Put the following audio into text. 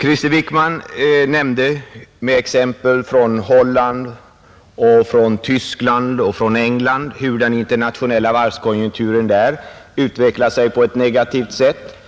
Krister Wickman nämnde med exempel från Holland, från Tyskland och från England hur den internationella varvskonjunkturen där utvecklat sig på ett negativt sätt.